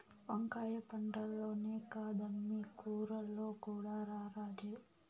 వంకాయ పంటల్లోనే కాదమ్మీ కూరల్లో కూడా రారాజే